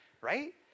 right